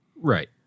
Right